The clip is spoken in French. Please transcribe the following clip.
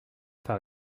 par